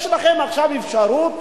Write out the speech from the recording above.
יש לכם עכשיו אפשרות